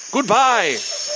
Goodbye